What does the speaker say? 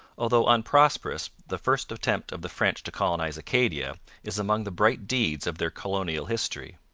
although unprosperous, the first attempt of the french to colonize acadia is among the bright deeds of their colonial history.